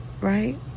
Right